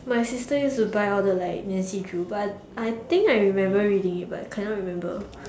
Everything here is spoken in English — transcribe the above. my sister used to buy all the like Nancy drew but I think I remember reading it but I cannot remember